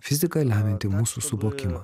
fizika lemianti mūsų suvokimą